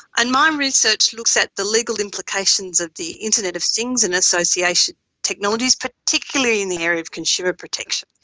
and my research looks at the legal implications of the internet of things and associated technologies, particularly in the area of consumer protection.